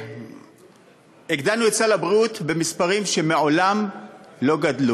הגדלנו את סל הבריאות במספרים שמעולם לא היו,